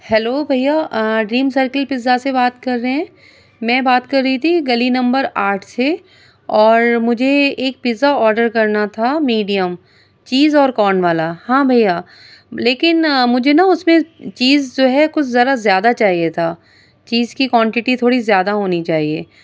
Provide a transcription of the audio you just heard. hello بھیا dream circle pizza سے بات کر رہے ہیں میں بات کر رہی تھی گلی نمبر آٹھ سے اور مجھے ایک پزا آڈر کرنا تھا میڈیم چیز اور کورن والا ہاں بھیا لیکن مجھے نا اس میں چیز جو ہے کچھ ذرا زیادہ چاہیے تھا چیز کی کوانٹٹی تھوڑی زیادہ ہونی چاہیے